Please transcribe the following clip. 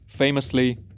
Famously